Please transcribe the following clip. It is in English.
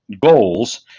goals